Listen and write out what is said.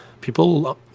people